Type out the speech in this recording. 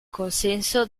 consenso